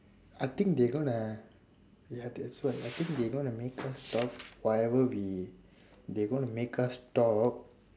I think they gonna ya that's why I think they gonna make us talk whatever we they gonna make us talk